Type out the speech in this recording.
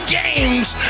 games